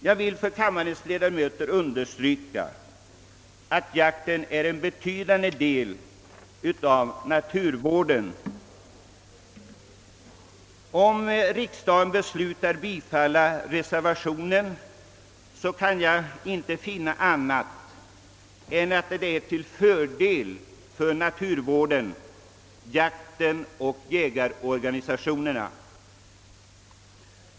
Jag vill för kammarens ledamöter understryka att jakten är en betydande del av naturvården. Om riksdagen beslutar att bifalla reservationen kan jag inte finna annat än att det är till fördel för naturvården, jakten och jägarorganisationerna.